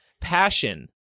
Passion